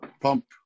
Pump